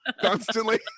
constantly